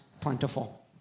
plentiful